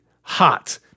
hot